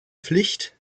pflicht